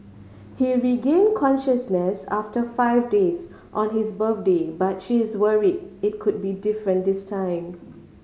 he regained consciousness after five days on his birthday but she's worried it could be different this time